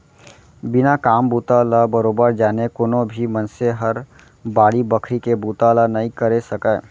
बिना काम बूता ल बरोबर जाने कोनो भी मनसे हर बाड़ी बखरी के बुता ल नइ करे सकय